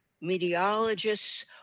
meteorologists